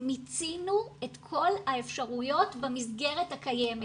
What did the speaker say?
מיצינו את כל האפשריות במסגרת הקיימת.